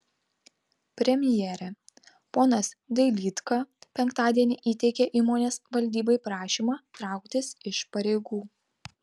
premjere ponas dailydka penktadienį įteikė įmonės valdybai prašymą trauktis iš pareigų